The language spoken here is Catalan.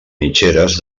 mitgeres